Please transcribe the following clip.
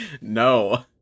No